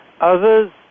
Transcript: Others